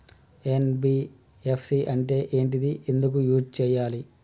NBFC అంటే ఏంటిది ఎందుకు యూజ్ చేయాలి?